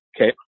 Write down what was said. okay